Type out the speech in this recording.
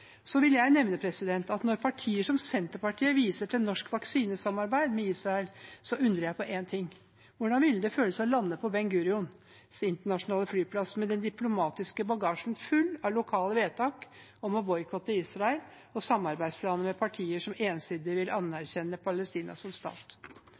Når partier som Senterpartiet viser til norsk vaksinesamarbeid med Israel, undrer jeg på én ting: Hvordan ville det føltes å lande på Ben Gurion internasjonale flyplass med den diplomatiske bagasjen full av lokale vedtak om å boikotte Israel og samarbeidsplaner med partier som ensidig vil